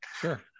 Sure